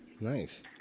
Nice